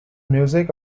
music